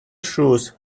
shoes